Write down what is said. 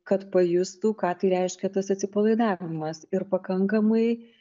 kad pajustų ką tai reiškia tas atsipalaidavimas ir pakankamai